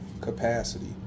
capacity